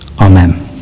Amen